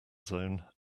zone